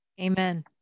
Amen